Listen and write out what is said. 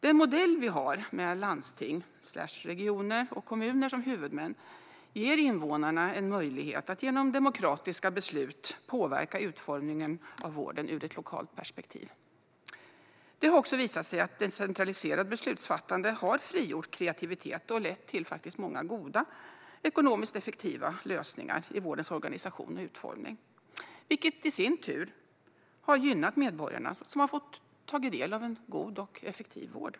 Den modell vi har med landsting/regioner och kommuner som huvudmän ger invånarna möjlighet att genom demokratiska beslut påverka utformningen av vården ur ett lokalt perspektiv. Det har också visat sig att decentraliserat beslutsfattande har frigjort kreativitet och lett till många goda, ekonomiskt effektiva lösningar i vårdens organisation och utformning. Detta har i sin tur gynnat medborgarna, som har fått del av en god vård.